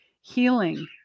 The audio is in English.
Healing